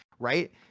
right